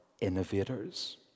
innovators